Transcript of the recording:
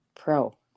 pro